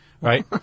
right